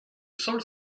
saule